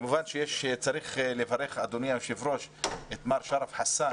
כמובן שצריך לברך אדוני היושב ראש את מר שרף חסאן